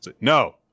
No